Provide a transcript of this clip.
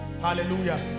Hallelujah